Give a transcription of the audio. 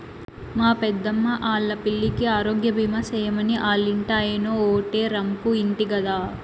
మా పెద్దమ్మా ఆల్లా పిల్లికి ఆరోగ్యబీమా సేయమని ఆల్లింటాయినో ఓటే రంపు ఇంటి గదా